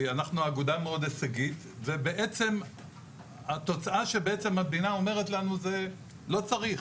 אנחנו אגודה מאוד הישגית התוצאה היא שהמדינה אומרת לנו: לא צריך,